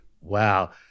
wow